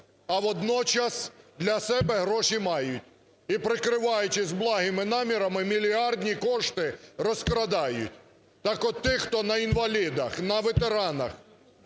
а водночас для себе гроші мають і, прикриваючись благими намірами, мільярдні кошти розкрадають. Так от, тих, хто на інвалідах, на ветеранах,